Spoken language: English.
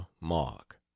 mark